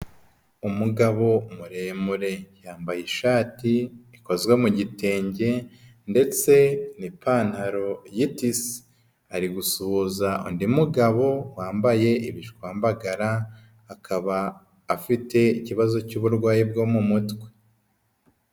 Umugabo muremure, yambaye ishati ikozwe mu gitenge ndetse n'ipantaro y'itise, ari gusuhuza undi mugabo wambaye ibishwambagara, akaba afite ikibazo cy'uburwayi bwo mu mutwe.